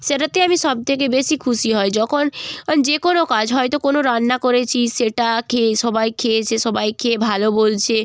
সেটাতেই আমি সব থেকে বেশি খুশি হই যখন যে কোনো কাজ হয়তো কোনো রান্না করেছি সেটা খেয়ে সবাই খেয়েছে সবাই খেয়ে ভালো বলছে